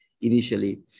initially